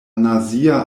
nazia